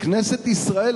כנסת ישראל,